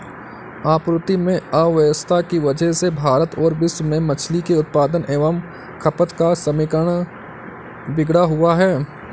आपूर्ति में अव्यवस्था की वजह से भारत और विश्व में मछली के उत्पादन एवं खपत का समीकरण बिगड़ा हुआ है